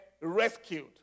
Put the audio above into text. rescued